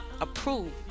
approved